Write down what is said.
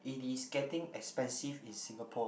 it is getting expensive in Singapore